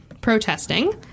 protesting